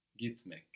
Gitmek